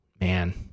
man